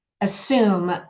assume